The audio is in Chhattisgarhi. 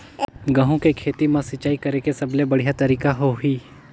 गंहू के खेती मां सिंचाई करेके सबले बढ़िया तरीका होही?